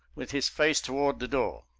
with his face toward the door.